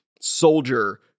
soldier